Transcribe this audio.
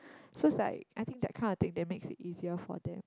just like I think that kinda thing that makes it easier for them